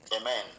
Amen